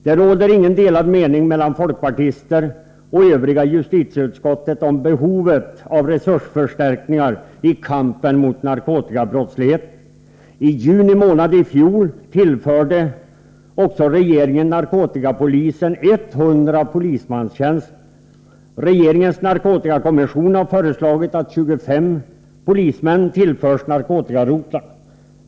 Det råder ingen delad mening mellan folkpartisten och övriga i justitieutskottet om behovet av resursförstärkningar i kampen mot narkotikabrottsligheten. I juni månad i fjol tillförde också regeringen narkotikapolisen 100 polismanstjänster. Regeringens narkotikakommission har föreslagit att 25 polismän tillförs narkotikarotlarna.